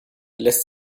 lässt